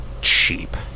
cheap